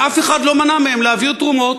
ואף אחד לא מנע להעביר תרומות.